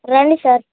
రండి సార్